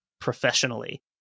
professionally